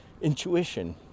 intuition